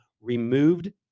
removed